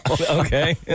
okay